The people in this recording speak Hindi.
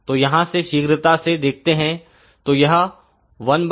तो यहां से शीघ्रता से देखते हैं तो यह 1